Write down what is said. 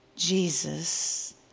Jesus